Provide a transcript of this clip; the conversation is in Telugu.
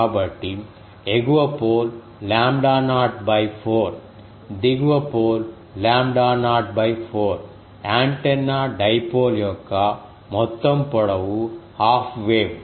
కాబట్టి ఎగువ పోల్ లాంబ్డా నాట్ 4 దిగువ pole lambda naught 4 antenna dipole యొక్క మొత్తం పొడవు హాఫ్ వేవ్